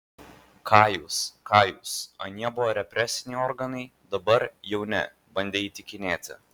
ką jūs ką jūs anie buvo represiniai organai dabar jau ne bandė įtikinėti